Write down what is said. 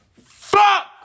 Fuck